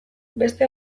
beste